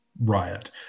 riot